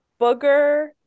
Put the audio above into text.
Booger